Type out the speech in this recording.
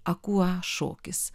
akua šokis